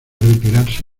retirarse